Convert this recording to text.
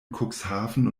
cuxhaven